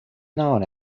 known